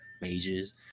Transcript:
mages